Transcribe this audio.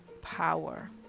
power